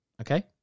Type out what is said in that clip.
Okay